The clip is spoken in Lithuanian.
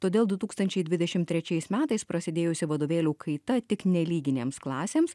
todėl du tūkstančiai dvidešim trečiais metais prasidėjusi vadovėlių kaita tik nelyginėms klasėms